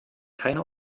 keine